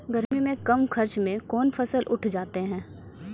गर्मी मे कम खर्च मे कौन फसल उठ जाते हैं?